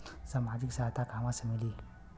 सामाजिक सहायता कहवा से मिली?